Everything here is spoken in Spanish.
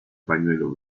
pañuelo